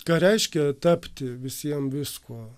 ką reiškia tapti visiem viskuo